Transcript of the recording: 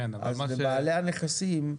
לבעלי הנכסים,